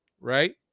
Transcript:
right